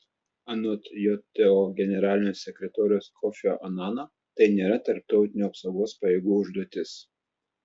anot jto generalinio sekretoriaus kofio anano tai nėra tarptautinių apsaugos pajėgų užduotis